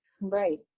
Right